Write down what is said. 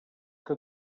que